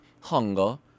hunger